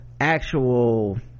actual